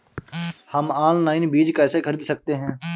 हम ऑनलाइन बीज कैसे खरीद सकते हैं?